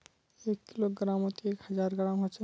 एक किलोग्रमोत एक हजार ग्राम होचे